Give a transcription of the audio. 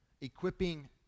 equipping